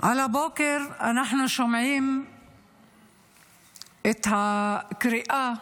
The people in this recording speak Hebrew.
על הבוקר אנחנו שומעים את הקריאה